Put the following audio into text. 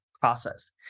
process